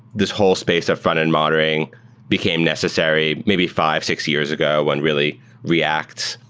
this whole space of frontend monitoring became necessary maybe five, six years ago when really react,